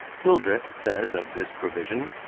hildreth says of this provision